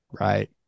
Right